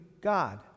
God